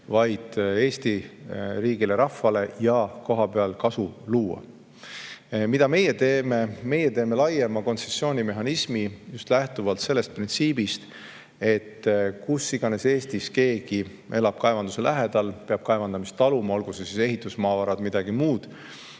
vaid Eesti riigile-rahvale kohapeal kasu – luua. Mida meie teeme? Meie teeme laiema kontsessioonimehhanismi just lähtuvalt sellest printsiibist, et kus iganes Eestis keegi elab kaevanduse lähedal, peab kaevandamist taluma, olgu see siis ehitusmaavarad või midagi muud,